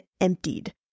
emptied